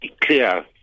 clear